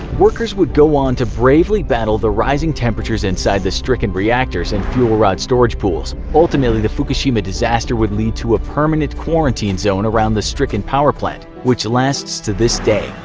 workers would go on to bravely battle the rising temperatures inside the stricken reactors and fuel rod storage pools. ultimately the fukushima disaster would lead to a permanent quarantine zone around the stricken power plant which lasts to this day,